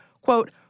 quote